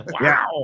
Wow